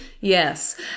Yes